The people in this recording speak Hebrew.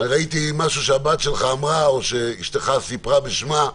ראיתי משהו שהבת שלך אמרה או שאשתך סיפרה בשמה,